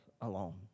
alone